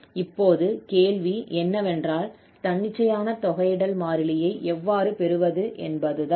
இப்போது கேள்வி என்னவென்றால் தன்னிச்சையான தொகையிடல் மாறிலியை எவ்வாறு பெறுவது என்பதுதான்